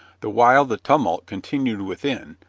the while the tumult continued within,